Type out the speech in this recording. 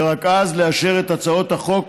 ורק אז לאשר את הצעות החוק